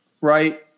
right